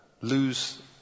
lose